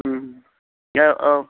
औ औ